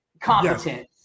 competent –